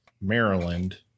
Maryland